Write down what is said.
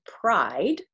pride